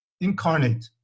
incarnate